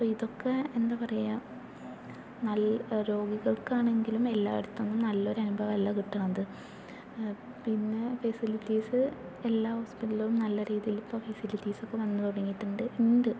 അപ്പോൾ ഇതൊക്കെ എന്താ പറയുക നല്ല രോഗികൾക്കാണെങ്കിലും എല്ലായിടത്ത് നിന്നും നല്ലൊര് അനുഭവമല്ല കിട്ടണത് പിന്നെ ഫെസിലിറ്റീസ് എല്ലാ ഹോസ്പിറ്റലിലും നല്ല രീതിയില് ഇപ്പോൾ ഫെസിലിറ്റീസൊക്കെ വന്ന് തുടങ്ങിയിട്ടുണ്ട് ഉണ്ട്